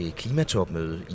klimatopmøde